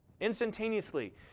Instantaneously